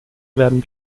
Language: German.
werden